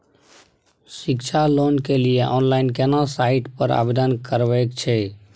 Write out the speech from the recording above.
शिक्षा लोन के लिए ऑनलाइन केना साइट पर आवेदन करबैक छै?